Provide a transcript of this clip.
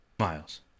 miles